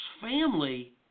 family